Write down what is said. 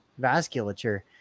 vasculature